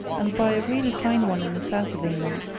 and buy a really fine one in the south of england,